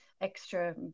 extra